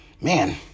man